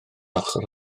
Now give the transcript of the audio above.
ochr